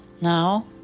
Now